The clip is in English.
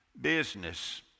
business